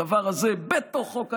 הדבר הזה בתוך חוק ההסדרים,